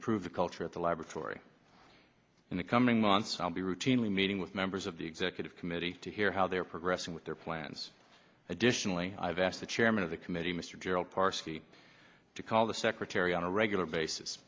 improve the culture of the laboratory in the coming months i'll be routinely meeting with members of the executive committee to hear how they're progressing with their plans additionally i've asked the chairman of the committee mr gerald parsky to call the secretary on a regular basis